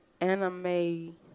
anime